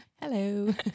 Hello